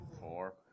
Four